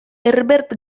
herbert